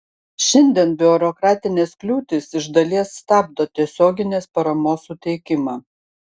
šiandien biurokratinės kliūtys iš dalies stabdo tiesioginės paramos suteikimą